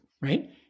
right